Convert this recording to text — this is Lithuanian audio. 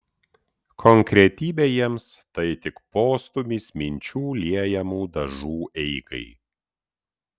konkretybė jiems tai tik postūmis minčių liejamų dažų eigai